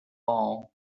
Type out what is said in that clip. all